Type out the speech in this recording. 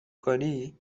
کنی